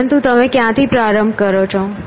પરંતુ તમે ક્યાંથી પ્રારંભ કરો છો